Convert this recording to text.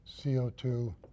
CO2